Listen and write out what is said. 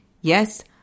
Yes